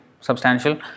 substantial